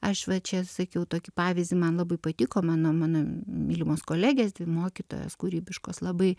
aš va čia sakiau tokį pavyzdį man labai patiko mano mano mylimos kolegės dvi mokytojos kūrybiškos labai